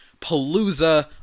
Palooza